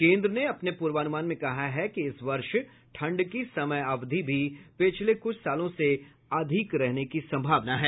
केन्द्र ने अपने पूर्वानूमान में कहा है कि इस वर्ष ठंड की समय अवधि भी पिछले कुछ सालों से अधिक रहने की संभावना है